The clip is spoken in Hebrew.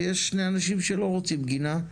ויש שני אנשים שלא רוצים גינה,